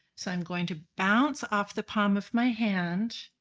so i'm going to bounce off the palm of my hand